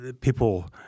people